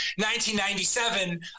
1997